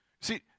see